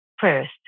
first